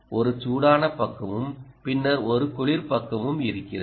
ஒரு சூடான பக்கமும் பின்னர் ஒரு குளிர் பக்கமும் இருக்கிறது